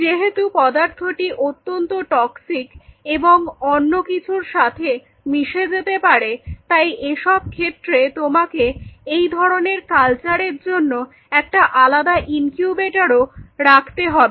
যেহেতু পদার্থটি অত্যন্ত টক্সিক এবং অন্য কিছুর সাথে মিশে যেতে পারে তাই এসব ক্ষেত্রে তোমাকে এই ধরনের কালচারের জন্য একটা আলাদা ইনকিউবেটরও রাখতে হবে